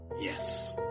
Yes